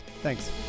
Thanks